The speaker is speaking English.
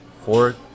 four